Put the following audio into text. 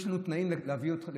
יש לנו תנאים להביא אותך,